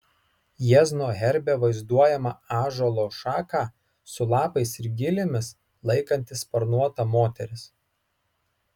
jiezno herbe vaizduojama ąžuolo šaką su lapais ir gilėmis laikanti sparnuota moteris